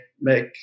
make